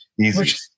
Easy